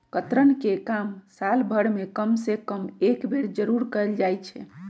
कतरन के काम साल भर में कम से कम एक बेर जरूर कयल जाई छै